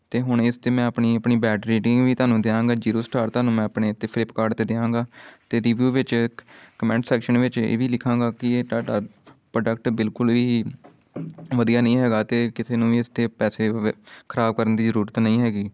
ਅਤੇ ਹੁਣ ਇਸ 'ਤੇ ਮੈਂ ਆਪਣੀ ਆਪਣੀ ਬੈਡ ਰੇਟਿੰਗ ਵੀ ਤੁਹਾਨੂੰ ਦਿਆਂਗਾ ਜੀਰੋ ਸਟਾਰ ਤੁਹਾਨੂੰ ਮੈਂ ਆਪਣੇ ਉਹ 'ਤੇ ਫਲਿੱਪਕਾਰਡ 'ਤੇ ਦਿਆਂਗਾ ਅਤੇ ਦੀਵਿਊ ਵਿੱਚ ਕਮੈਂਟ ਸੈਕਸ਼ਨ ਵਿੱਚ ਇਹ ਵੀ ਲਿਖਾਂਗਾ ਕਿ ਇਹ ਤੁਹਾਡਾ ਪ੍ਰੋਡਕਟ ਬਿਲਕੁਲ ਵੀ ਵਧੀਆ ਨਹੀਂ ਹੈਗਾ ਅਤੇ ਕਿਸੇ ਨੂੰ ਵੀ ਇਸ 'ਤੇ ਪੈਸੇ ਖਰਾਬ ਕਰਨ ਦੀ ਜ਼ਰੂਰਤ ਨਹੀਂ ਹੈਗੀ